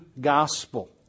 gospel